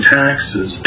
taxes